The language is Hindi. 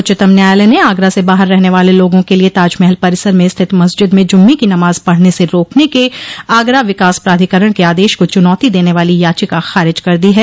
उच्चतम न्यायालय ने आगरा से बाहर रहने वाले लोगों के लिए ताजमहल परिसर में स्थित मस्जिद में जुम्मे की नमाज पढ़ने से रोकने के आगरा विकास प्राधिकरण के आदेश को चुनौती देने वाली याचिका खारिज कर दी है